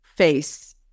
Face